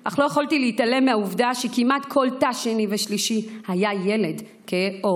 אך לא יכולתי להתעלם מהעבודה שכמעט בכל תא שני ושלישי היה ילד כהה עור,